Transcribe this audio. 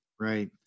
Right